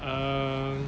um